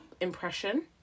impression